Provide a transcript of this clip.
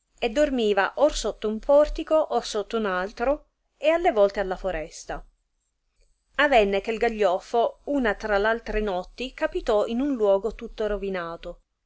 e dormiva or sotto un portico or sotto un altro e alle volte alla foresta avenne che gaglioffo una tra r altre notti capitò in un luogo tutto rovinato